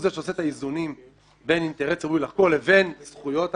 הוא זה שעושה את האיזונים בין האינטרס הציבורי לחקור לבין זכויות אחרות.